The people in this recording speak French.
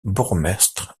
bourgmestre